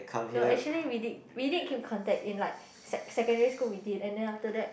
no actually we did we did keep contact in like sec~ secondary school we did and then after that